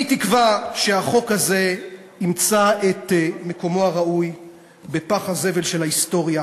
אני תקווה שהחוק הזה ימצא את מקומו הראוי בפח הזבל של ההיסטוריה,